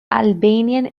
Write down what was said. albanian